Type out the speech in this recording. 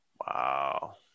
Wow